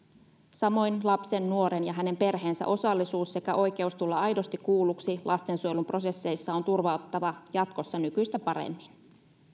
samoin lapsen nuoren ja hänen perheensä osallisuus sekä oikeus tulla aidosti kuulluksi lastensuojelun prosesseissa on turvattava jatkossa nykyistä paremmin